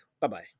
Bye-bye